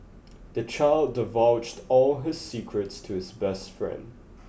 the child divulged all his secrets to his best friend